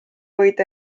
võid